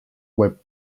web